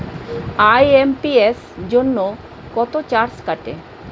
IMPS জন্য কত charge কাটে?